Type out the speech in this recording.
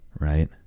right